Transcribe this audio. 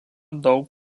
daug